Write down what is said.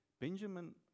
Benjamin